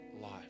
life